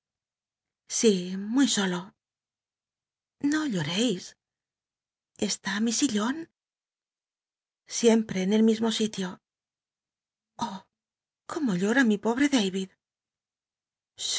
sí muy solo no lloreis está mi sillon siempre en el mismo sitio oh cómo llora mi pobre david